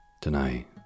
tonight